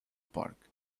park